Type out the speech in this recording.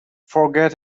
forget